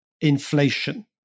inflation